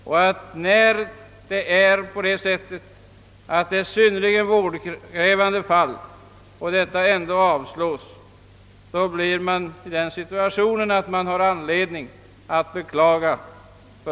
Jag finner det därför ytterst beklagligt, att ansökningar för mycket vårdkrävande fall har avslagits.